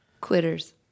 Quitters